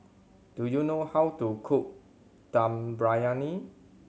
do you know how to cook Dum Briyani